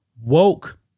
woke